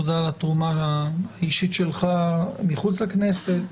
תודה על התרומה האישית שלך מחוץ לכנסת,